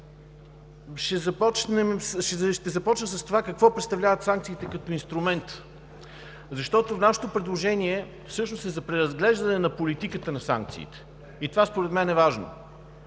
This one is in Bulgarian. Ще започна с това какво представляват санкциите като инструмент, защото нашето предложение всъщност е за преразглеждане на политиката на санкциите и това, според мен, е важно.